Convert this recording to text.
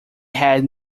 had